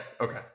okay